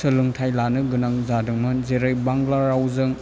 सोलोंथाइ लानो गोनां जादोंमोन जेरै बांला रावजों